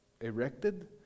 erected